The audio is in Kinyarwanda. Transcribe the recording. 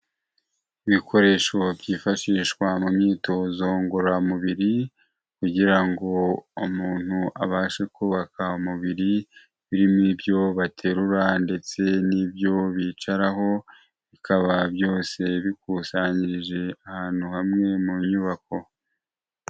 Ibikoresho byifashishwa mu myitozo ngororamubiri kugira ngo umuntu abashe kubaka umubiri, birimo ibyo baterura ndetse n'ibyo bicaraho, bikaba byose ya bikusanyirije ahantu hamwe mu nyubako.